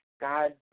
God